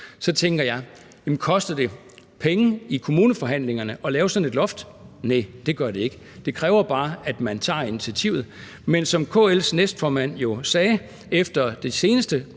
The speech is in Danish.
så tænker jeg: Koster det penge i kommuneforhandlingerne at lave sådan et loft? Næh, det gør det ikke. Det kræver bare, at man tager initiativet. Men som KL's næstformand jo sagde efter de seneste